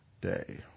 day